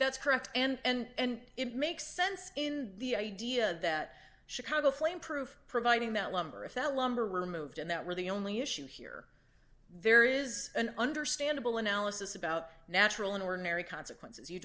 that's correct and it makes sense in the idea that chicago flameproof providing that lumber if that lumber removed and that were the only issue here there is an understandable analysis about natural and ordinary consequences you